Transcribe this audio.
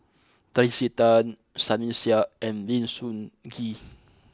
Tracey Tan Sunny Sia and Lim Sun Gee